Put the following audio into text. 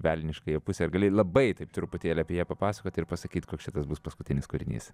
velniškąją pusę ar gali labai taip truputėlį apie ją papasakoti ir pasakyt koks čia tas bus paskutinis kūrinys